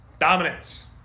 Dominance